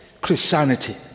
Christianity